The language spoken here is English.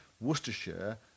Worcestershire